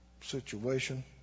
situation